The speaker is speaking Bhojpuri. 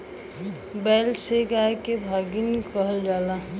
बैल से गाय के गाभिन कइल जाला